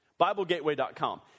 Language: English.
BibleGateway.com